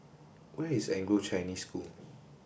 where is Anglo Chinese School